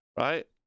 right